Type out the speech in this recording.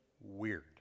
weird